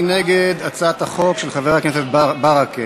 מי נגד הצעת החוק של חבר הכנסת ברכה?